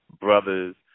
brothers